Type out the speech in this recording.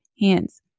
hands